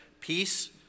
peace